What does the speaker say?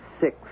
six